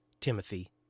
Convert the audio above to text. Timothy